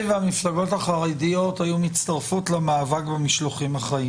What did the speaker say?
והמפלגות החרדיות היו מצטרפות למאבק במשלוחים החיים.